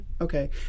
okay